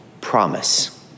promise